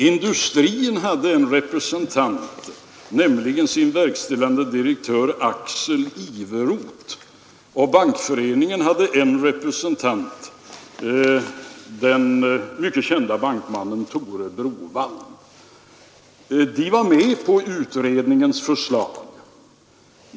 Industrin hade en representant, nämligen Industriförbundets verkställande direktör Axel Iveroth, och Bankföreningen hade en representant, den mycket kände bankmannen Tore Browaldh. De var med på utredningens förslag.